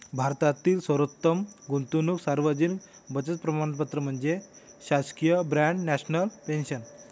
भारतातील सर्वोत्तम गुंतवणूक सार्वजनिक बचत प्रमाणपत्र म्हणजे शासकीय बाँड नॅशनल पेन्शन